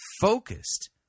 focused